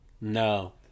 No